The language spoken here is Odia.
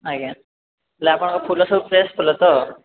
ଆଜ୍ଞା ହେଲେ ଆପଣଙ୍କର ଫୁଲ ସବୁ ଫ୍ରେଶ୍ ଫୁଲ ତ